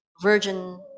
virgin